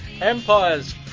Empires